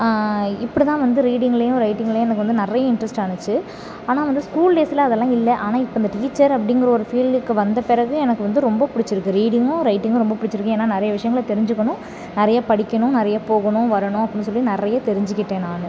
இப்படி தான் வந்து ரீடிங்லையும் ரைட்டிங்லையும் எனக்கு வந்து நிறையா இன்ட்ரெஸ்ட் ஆச்சு ஆனால் வந்து ஸ்கூல் டேஸில் அதெல்லாம் இல்லை ஆனால் இப்போ அந்த டீச்சர் அப்படிங்கிற ஒரு ஃபீல்டுக்கு வந்த பிறகு எனக்கு வந்து ரொம்ப பிடிச்சிருக்கு ரீடிங்கும் ரைட்டிங்கும் ரொம்ப பிடிச்சிருக்கு ஏனால் நிறையா விஷயங்களை தெரிஞ்சுக்கணும் நிறையா படிக்கணும் நிறையா போகணும் வரணும் அப்படினு சொல்லி நிறைய தெரிஞ்சுகிட்டேன் நான்